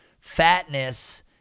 fatness